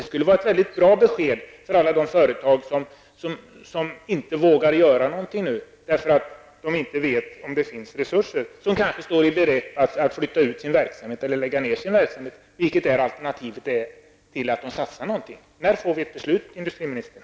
Ett besked härom skulle vara av stort värde för alla de företag som nu inte vågar göra någonting, eftersom de inte vet om det finns några resurser. De kanske nu står i begrepp att flytta ut eller lägga ner sin verksamhet, vilket är alternativet till att man gör satsningar. När får vi ett beslut, industriministern?